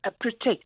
protect